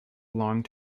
long